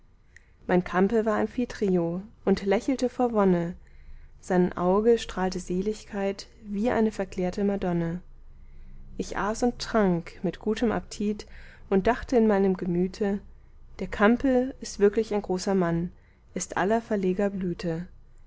mein campe war amphitryo und lächelte vor wonne sein auge strahlte seligkeit wie eine verklärte madonne ich aß und trank mit gutem app'tit und dachte in meinem gemüte der campe ist wirklich ein großer mann ist aller verleger blüte